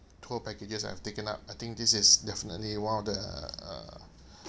tour packages I've taken up I think this is definitely one of the uh